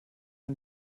ein